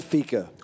Fika